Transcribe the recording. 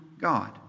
God